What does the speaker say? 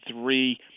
three